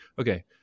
okay